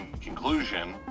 conclusion